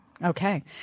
Okay